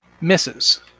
Misses